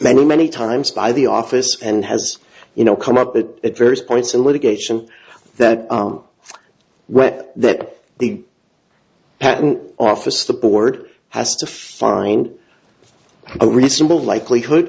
many many times by the office and has you know come up that at various points in litigation that read that the patent office the board has to find a reasonable likelihood